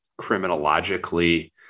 criminologically